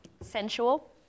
sensual